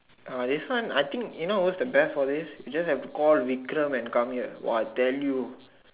uh this one I think you know what's the best for this you just have to call Vikram and come here !wow! I tell you